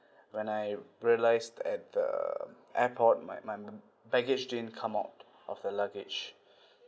when I realised at the airport my my my package didn't come out of the luggage